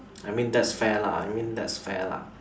I mean that's fair lah I mean that's fair lah